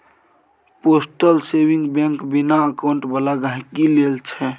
postal saving bank बिना account बला गहिंकी लेल छै